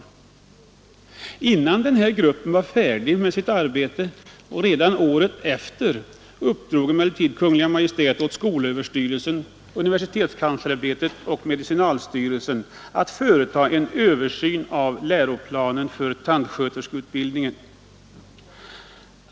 Året därpå, innan denna grupp var färdig med sitt arbete, uppdrog emellertid Kungl. Maj:t åt skolöverstyrelsen, universitetskanslersämbetet och medicinalstyrelsen att företa en översyn av läroplanen för tandsköterskeutbildningen.